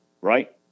Right